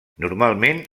normalment